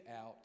out